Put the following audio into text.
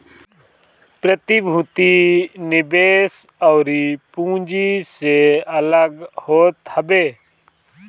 प्रतिभूति निवेश अउरी पूँजी से अलग होत हवे